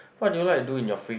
what do you like to do in your free